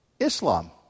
Islam